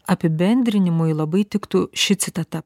apibendrinimui labai tiktų ši citata